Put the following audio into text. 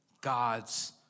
God's